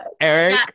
Eric